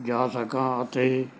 ਜਾ ਸਕਾਂ ਅਤੇ